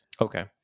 Okay